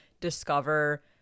discover